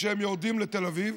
כשהם יורדים לתל אביב,